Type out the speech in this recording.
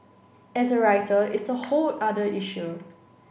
as a writer it's a whole other issue